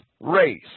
race